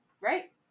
right